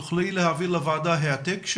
תוכלי להעביר לוועדה העתק?